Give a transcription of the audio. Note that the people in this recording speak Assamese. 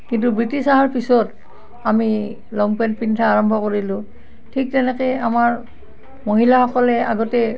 কিন্তু বৃটিছ আহাৰ পিছত আমি লং পেণ্ট পিন্ধা আৰম্ভ কৰিলোঁ ঠিক তেনেকেই আমাৰ মহিলাসকলে আগতে